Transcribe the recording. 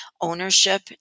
ownership